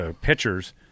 pitchers